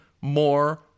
more